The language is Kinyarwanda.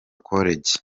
college